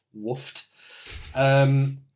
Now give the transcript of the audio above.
Woofed